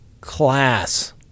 class